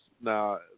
now